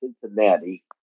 Cincinnati